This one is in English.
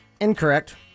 incorrect